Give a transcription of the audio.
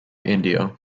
india